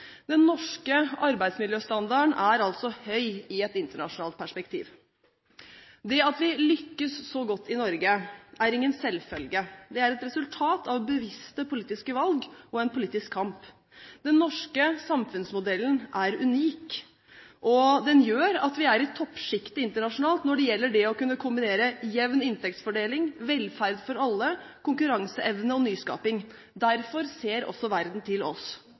Den norske arbeidsmiljøstandarden er altså høy i et internasjonalt perspektiv. Det at vi lykkes så godt i Norge, er ingen selvfølge. Det er et resultat av bevisste politiske valg og en politisk kamp. Den norske samfunnsmodellen er unik, og den gjør at vi er i toppsjiktet internasjonalt når det gjelder det å kunne kombinere jevn inntektsfordeling, velferd for alle, konkurranseevne og nyskaping. Derfor ser også verden til oss.